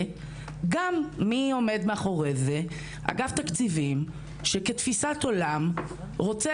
מי שעומד מאחורי זה הוא אגף התקציבים שכתפיסת עולם רוצה